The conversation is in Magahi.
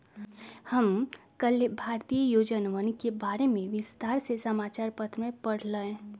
हम कल्लेह भारतीय योजनवन के बारे में विस्तार से समाचार पत्र में पढ़ लय